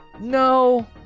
no